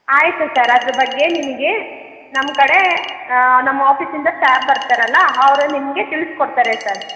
ಆಯಿತು ಸರ್ ಅದ್ರ ಬಗ್ಗೆ ನಿಮಗೆ ನಮ್ಮ ಕಡೆ ನಮ್ಮ ಆಫೀಸಿಂದ ಸ್ಟ್ಯಾಪ್ ಬರ್ತಾರಲ್ಲ ಅವರೇ ನಿಮಗೆ ತಿಳಿಸ್ಕೊಡ್ತಾರೆ ಸರ್